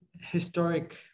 historic